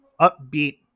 upbeat